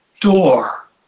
door